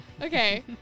Okay